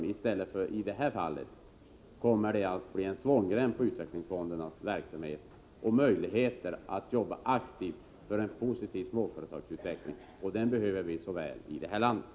Det som utskottsmajoriteten föreslår kommer att bli en svångrem för utvecklingsfondernas verksamhet och deras möjligheter att jobba aktivt för en positiv småföretagsutveckling som vi så väl behöver i det här landet.